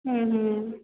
হুম হুম